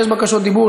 יש בקשות דיבור.